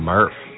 Murph